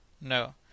No